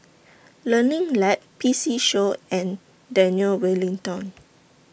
Learning Lab P C Show and Daniel Wellington